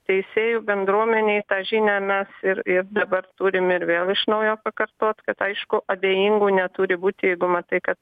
teisėjų bendruomenei tą žinią mes ir ir dabar turim ir vėl iš naujo pakartot kad aišku abejingų neturi būti jeigu matai kad